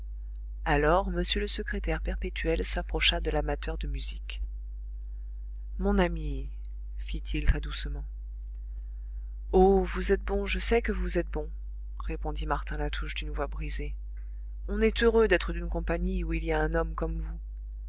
alors m le secrétaire perpétuel s'approcha de l'amateur de musique mon ami fit-il très doucement oh vous êtes bon je sais que vous êtes bon répondit martin latouche d'une voix brisée on est heureux d'être d'une compagnie où il y a un homme comme vous